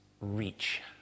reach